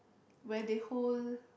where they hold